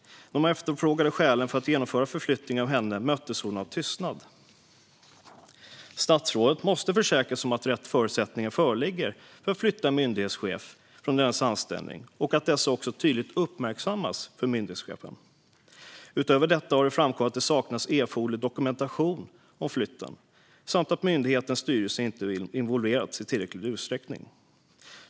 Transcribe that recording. När hon efterfrågade skälen för att genomföra förflyttningen av henne möttes hon av tystnad. Statsrådet måste försäkra sig om att rätt förutsättningar föreligger för att flytta en myndighetschef från dennes anställning och att dessa också tydligt uppmärksammas för myndighetschefen. Utöver detta har framkommit att det saknats erforderlig dokumentation om flytten och att myndighetens styrelse inte involverats i tillräcklig utsträckning.